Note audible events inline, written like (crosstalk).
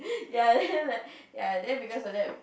ya (laughs) then like ya then because of that